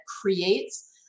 creates